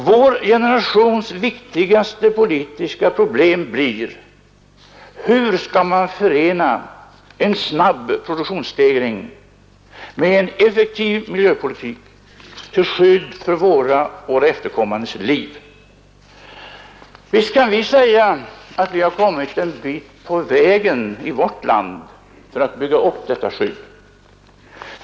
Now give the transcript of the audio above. Vår generations viktigaste politiska problem blir: Hur skall man förena en snabb produktionsstegring med en effektiv miljöpolitik till skydd för våra och våra efterkommandes liv? Visst kan vi säga att vi har kommit en bit på vägen i vårt land för att bygga upp detta skydd.